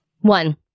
One